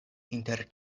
inter